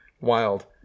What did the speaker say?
Wild